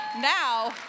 now